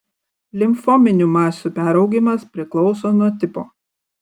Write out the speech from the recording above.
limfominių masių peraugimas priklauso nuo tipo